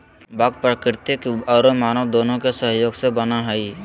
बाग प्राकृतिक औरो मानव दोनों के सहयोग से बना हइ